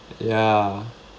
ya